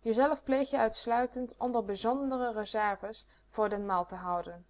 jezelf pleeg je uitsluitend onder bijzondere reserves voor den mal te houden